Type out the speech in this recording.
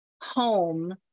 home